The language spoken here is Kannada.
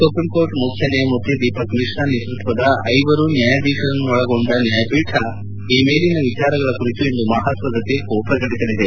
ಸುಪ್ರೀಂಕೋರ್ಟ್ ಮುಖ್ಯ ನ್ಯಾಯಮೂರ್ತಿ ದೀಪಕ್ ಮಿಶ್ರಾ ನೇತೃತ್ವದ ಐವರು ನ್ಯಾಯಾಧೀಶರನ್ನೊಳಗೊಂಡ ನ್ನಾಯಪೀಠ ಈ ಮೇಲಿನ ವಿಚಾರಗಳ ಕುರಿತು ಇಂದು ಮಹತ್ವದ ತೀರ್ಮ ಪ್ರಕಟಿಸಲಿದೆ